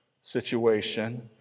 situation